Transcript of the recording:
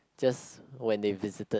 just when they visited